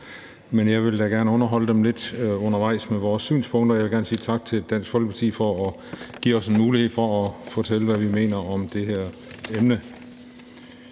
men jeg vil da gerne underholde dem lidt undervejs med vores synspunkter, og jeg vil gerne sige tak til Dansk Folkeparti for at give os en mulighed for at fortælle, hvad vi mener om det her emne.